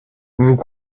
vous